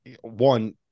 One